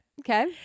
okay